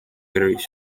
berries